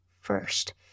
first